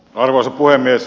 arvoisa puhemies